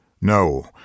No